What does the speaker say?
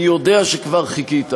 אני יודע שכבר חיכית,